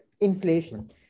inflation